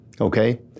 okay